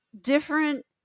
different